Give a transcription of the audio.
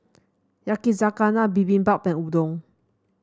Yakizakana Bibimbap and Udon